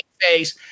face